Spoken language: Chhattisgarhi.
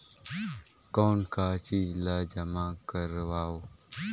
कौन का चीज ला जमा करवाओ?